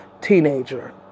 teenager